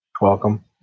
Welcome